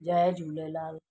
Jay Jhulelal